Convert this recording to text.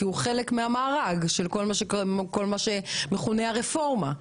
כי הוא חלק מהמארג של מה שמכונה "הרפורמה".